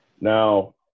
Now